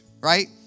right